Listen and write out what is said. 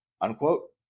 Unquote